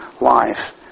life